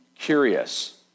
curious